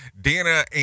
Dana